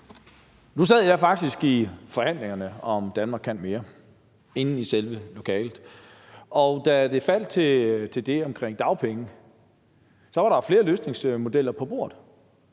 i selve lokalet i forhandlingerne om »Danmark kan mere I«, og da det faldt på det omkring dagpenge, var der jo flere løsningsmodeller på bordet.